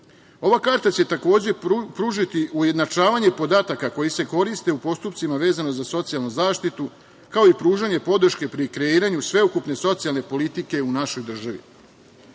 karta će takođe pružiti ujednačavanje podataka koji se koriste u postupcima vezano za socijalnu zaštitu, kao i pružanje podrške pri kreiranju sveukupne socijalne politike u našoj državi.